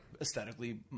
aesthetically